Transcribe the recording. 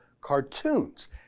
cartoons